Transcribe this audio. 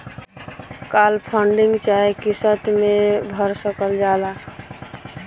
काल funding चाहे किस्त मे भर सकल जाला